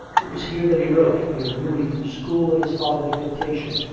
it was here that he wrote, being newly from school, at his father's dictation,